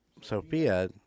sophia